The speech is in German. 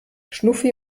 schnuffi